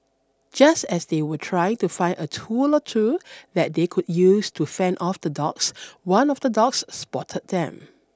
just as they were trying to find a tool or two that they could use to fend off the dogs one of the dogs spotted them